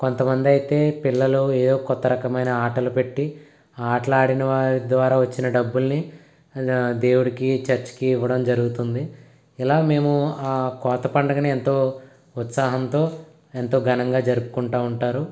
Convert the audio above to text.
కొంతమందయితే పిల్లలు ఏదో కొత్త రకమైన ఆటలు పెట్టి ఆటలాడిన వారి ద్వారా వచ్చిన డబ్బుల్ని దేవుడికి చర్చ్కి ఇవ్వడం జరుగుతుంది ఇలా మేము ఆ కోత పండగని ఎంతో ఉత్సాహంతో ఎంతో ఘనంగా జరుపుకుంటూ ఉంటారు